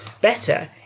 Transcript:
better